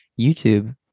YouTube